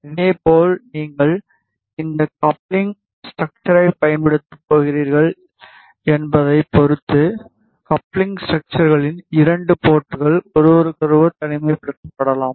இதேபோல் நீங்கள் எந்த கப்ளிங் ஸ்ட்ரக்ச்சரைப் பயன்படுத்தப் போகிறீர்கள் என்பதைப் பொறுத்து கப்ளிங் ஸ்ட்ரக்ச்சர்களின் 2 போர்ட்கள் ஒருவருக்கொருவர் தனிமைப்படுத்தப்படலாம்